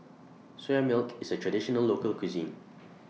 Soya Milk IS A Traditional Local Cuisine